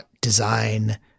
design